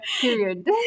period